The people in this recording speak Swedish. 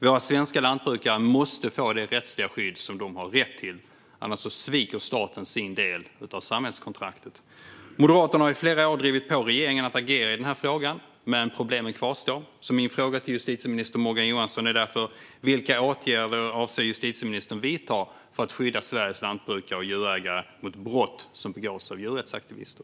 Våra svenska lantbrukare måste få det rättsliga skydd som de har rätt till. Annars sviker staten sin del av samhällskontraktet. Moderaterna har i flera år drivit på för att regeringen ska agera i denna fråga, men problemen kvarstår. Min fråga till justitieminister Morgan Johansson är därför: Vilka åtgärder avser justitieministern att vidta för att skydda Sveriges lantbrukare och djurägare mot brott som begås av djurrättsaktivister?